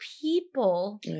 people